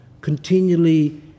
continually